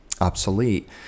obsolete